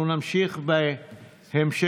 אנחנו נמשיך בסדר-היום,